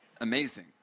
Amazing